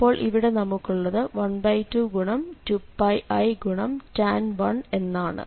അപ്പോൾ ഇവിടെ നമുക്കുള്ളത് 12 ഗുണം 2πi ഗുണം tan 1 എന്നാണ്